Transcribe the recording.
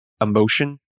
emotion